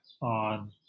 on